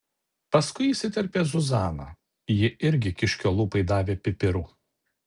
paskui įsiterpė zuzana ji irgi kiškio lūpai davė pipirų